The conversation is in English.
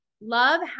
Love